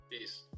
peace